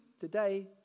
today